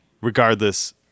Regardless